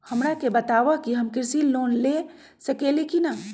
हमरा के बताव कि हम कृषि लोन ले सकेली की न?